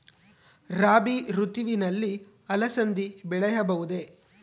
ರಾಭಿ ಋತುವಿನಲ್ಲಿ ಅಲಸಂದಿ ಬೆಳೆಯಬಹುದೆ?